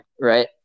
right